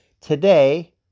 Today